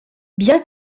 bien